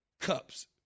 cups